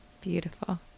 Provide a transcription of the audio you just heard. Beautiful